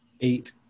Eight